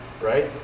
right